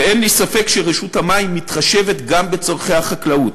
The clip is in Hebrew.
ואין לי ספק שרשות המים מתחשבת גם בצורכי החקלאות.